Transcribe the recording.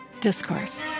Discourse